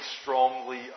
strongly